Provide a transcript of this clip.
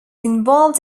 involved